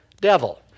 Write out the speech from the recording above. devil